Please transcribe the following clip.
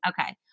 Okay